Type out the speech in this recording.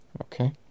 Okay